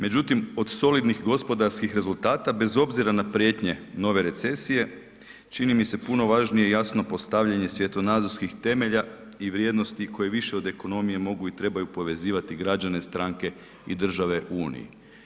Međutim, od solidnih gospodarskih rezultata bez obzira na prijetnje nove recesije čini mi se puno važnije jasno postavljanje svjetonazorskih temelja i vrijednosti koje više od ekonomije mogu i trebaju povezivati građane, stranke i države u uniji.